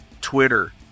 Twitter